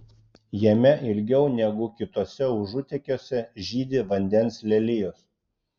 jame ilgiau negu kituose užutėkiuose žydi vandens lelijos